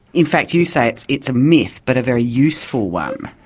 in fact you say it's it's a myth, but a very useful one.